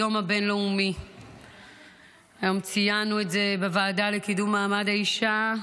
היום ציינו את זה בוועדה לקידום מעמד האישה,